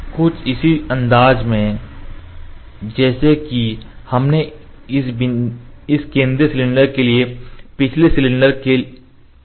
कुछ इसी अंदाज में जैसा कि हमने इस केंद्रीय सिलेंडर के लिए पिछले सिलेंडर के लिए किया था